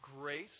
grace